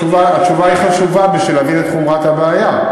תשובה, התשובה חשובה בשביל להבין את חומרת הבעיה.